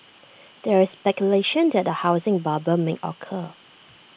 there is speculation that A housing bubble may occur